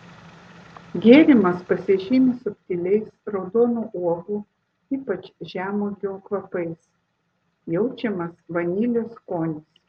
gėrimas pasižymi subtiliais raudonų uogų ypač žemuogių kvapais jaučiamas vanilės skonis